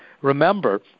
remember